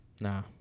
Nah